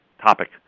topic